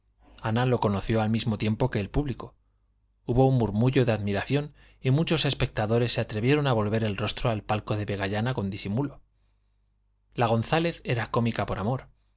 ana lo conoció al mismo tiempo que el público hubo un murmullo de admiración y muchos espectadores se atrevieron a volver el rostro al palco de vegallana con disimulo la gonzález era cómica por amor